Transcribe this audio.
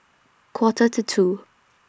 Quarter to two